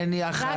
אין יח"צ,